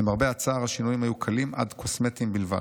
למרבה הצער השינויים היו קלים עד קוסמטיים בלבד.